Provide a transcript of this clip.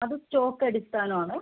അത് സ്റ്റോക്ക് എടുക്കാനാണ്